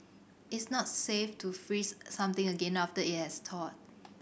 it's not safe to freeze something again after it has thawed